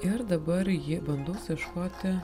ir dabar ji bandau suieškoti